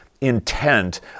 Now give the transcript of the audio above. intent